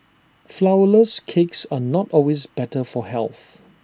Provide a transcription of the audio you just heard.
Flourless Cakes are not always better for health